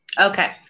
Okay